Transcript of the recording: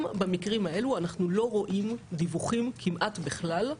אבל גם במקרים האלה אנחנו לא רואים כמעט בכלל דיווחים.